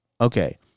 Okay